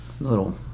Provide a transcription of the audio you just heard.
little